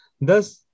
Thus